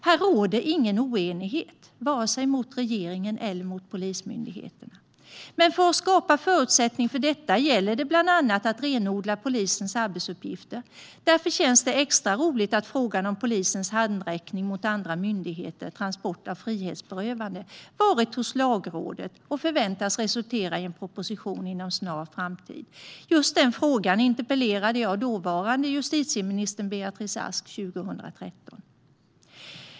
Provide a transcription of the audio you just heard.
Här råder ingen oenighet när det gäller vare sig regeringen eller Polismyndigheten. Men för att skapa förutsättningar för detta gäller det bland annat att renodla polisens arbetsuppgifter. Därför känns det extra roligt att frågan om polisens handräckning gentemot andra myndigheter, transport av frihetsberövade, har varit hos Lagrådet. Detta förväntas resultera i en proposition inom en snar framtid. När det gäller just den frågan interpellerade jag 2013 dåvarande justitieministern, Beatrice Ask.